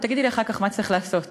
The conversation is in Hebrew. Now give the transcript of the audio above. ותגידי לי אחר כך מה צריך לעשות.